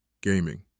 Gaming